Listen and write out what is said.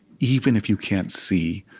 even if you can't see